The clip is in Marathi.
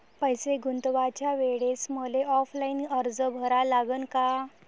पैसे गुंतवाच्या वेळेसं मले ऑफलाईन अर्ज भरा लागन का?